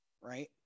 right